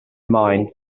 mind